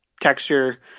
texture